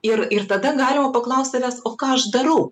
ir ir tada galima paklaust savęs o ką aš darau